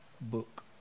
book